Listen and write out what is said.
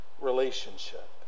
relationship